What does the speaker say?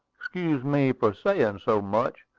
excuse me for saying so much,